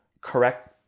correct